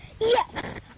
yes